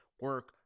Work